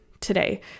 today